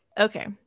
Okay